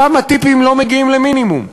שם הטיפים לא מגיעים למינימום.